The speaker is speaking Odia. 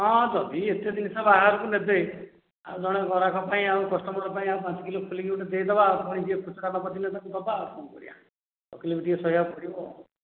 ହଁ ଯଦି ଏତେ ଜିନିଷ ବାହାଘରକୁ ନେବେ ଆଉ ଜଣେ ଗରାଖ ପାଇଁ ଆଉ କଷ୍ଟମର୍ ପାଇଁ ଆଉ ପାଞ୍ଚ କିଗ୍ରା ଗୋଟିଏ ଖୋଲିକି ଦେଇଦେବା ଆଉ କଣ କିଏ ଖୁଚୁରା କିଏ ନେବ ଦବା ଆଉ କଣ କରିବା